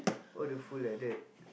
all the food like that